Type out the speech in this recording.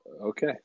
okay